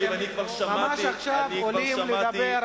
וחבר הכנסת פלסנר, ממש עכשיו אתם עולים לדבר.